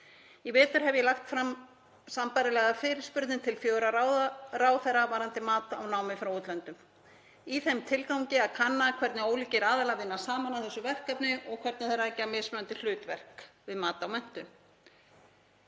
Í vetur hef ég lagt fram sambærilega fyrirspurn til fjögurra ráðherra varðandi mat á námi frá útlöndum í þeim tilgangi að kanna hvernig ólíkir aðilar vinna saman að þessu verkefni og hvernig þeir rækja mismunandi hlutverk við mat á menntun.